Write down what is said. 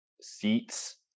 seats